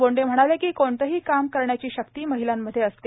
बोंडे म्हणाले की क्ठलेही काम करण्याची शक्ती महिलांमध्ये असते